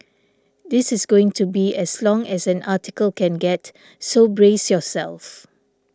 this is going to be as long as an article can get so brace yourself